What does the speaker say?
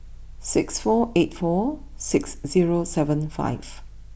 six four eight four six zero seven five